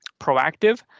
proactive